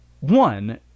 One